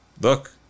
look